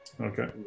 Okay